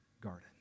garden